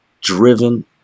driven